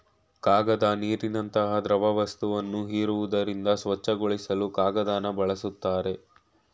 ಕಾಗದ ನೀರಿನಂತ ದ್ರವವಸ್ತುನ ಹೀರೋದ್ರಿಂದ ಸ್ವಚ್ಛಗೊಳಿಸಲು ಕಾಗದನ ಬಳುಸ್ತಾರೆ